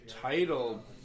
title